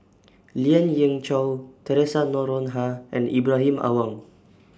Lien Ying Chow Theresa Noronha and Ibrahim Awang